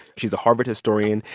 she's a harvard historian.